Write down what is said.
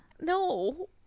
No